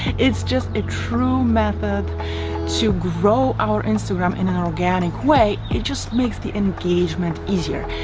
it's just a true method to grow our instagram in an organic way. it just makes the engagement easier.